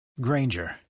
Granger